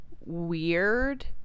weird